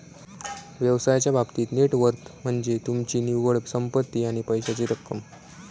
व्यवसायाच्या बाबतीत net worth म्हनज्ये तुमची निव्वळ संपत्ती आणि पैशाची रक्कम